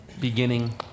beginning